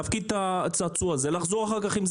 להפקיד את הצעצוע ולחזור אחר-כך.